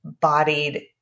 bodied